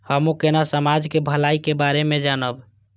हमू केना समाज के भलाई के बारे में जानब?